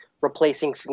replacing